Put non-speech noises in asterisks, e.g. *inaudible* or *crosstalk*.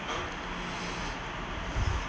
*breath*